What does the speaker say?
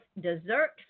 dessert